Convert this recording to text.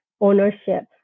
ownership